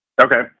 Okay